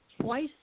twice